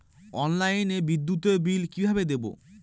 অনলাইনে বিদ্যুতের বিল কিভাবে দেব?